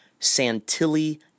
Santilli